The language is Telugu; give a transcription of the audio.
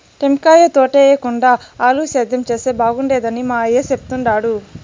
టెంకాయ తోటేయేకుండా ఆలివ్ సేద్యం చేస్తే బాగుండేదని మా అయ్య చెప్తుండాడు